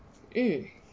mm